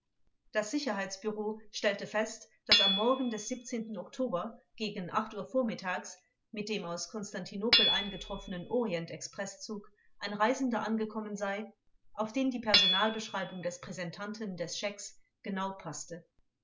das sicherheitsbureau stellte fest daß am morgen des oktober gegen acht uhr vormittags mit dem aus konstantinopel eingetroffenen orient expreßzug ein reisender angekommen sei auf den die personalbeschreibung des präsentanten des schecks genau paßte